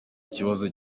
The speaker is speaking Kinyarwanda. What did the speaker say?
ibibazo